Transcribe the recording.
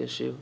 issue